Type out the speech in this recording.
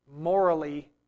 morally